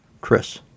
Chris